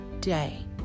day